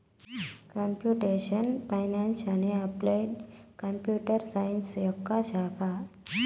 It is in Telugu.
కంప్యూటేషనల్ ఫైనాన్స్ అనేది అప్లైడ్ కంప్యూటర్ సైన్స్ యొక్క ఒక శాఖ